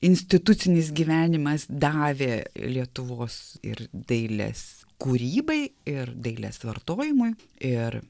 institucinis gyvenimas davė lietuvos ir dailės kūrybai ir dailės vartojimui ir